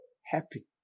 happy